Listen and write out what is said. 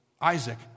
Isaac